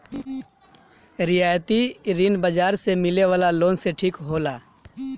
रियायती ऋण बाजार से मिले वाला लोन से ठीक होला